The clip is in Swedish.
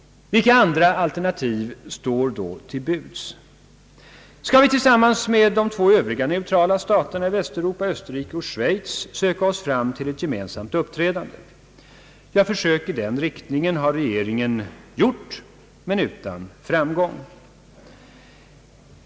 Vilka andra alternativ står då till buds? Skall vi tillsammans med de två övriga neutrala staterna i Västeuropa — Österrike och Schweiz — söka oss fram till ett gemensamt uppträdande? Försök i den riktningen har regeringen gjort men utan framgång.